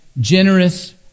generous